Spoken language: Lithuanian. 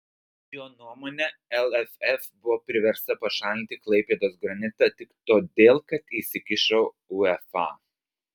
jo nuomone lff buvo priversta pašalinti klaipėdos granitą tik todėl kad įsikišo uefa